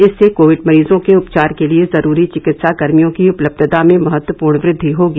इससे कोविड मरीजों के उपचार के लिए जरूरी चिकित्सा कर्मियों की उपलब्यता में महत्वपूर्ण वृद्धि होगी